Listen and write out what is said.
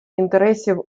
інтересів